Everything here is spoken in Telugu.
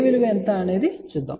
విలువ ఎంత అనేది చూద్దాం